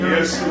Yes